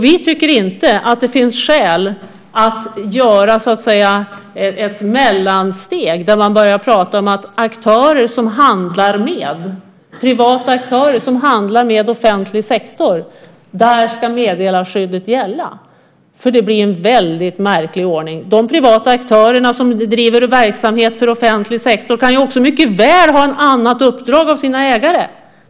Vi tycker inte att det finns skäl att skapa ett mellansteg där man börjar prata om att meddelarskyddet ska gälla även privata aktörer som handlar med offentlig sektor. Det blir ju en väldigt märklig ordning. De privata aktörer som driver verksamhet för offentlig sektor kan ju också mycket väl ha ett annat uppdrag av sina ägare.